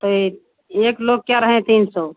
तो एक एक लोग क्या रहे तीन सौ